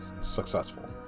successful